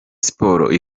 sports